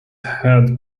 head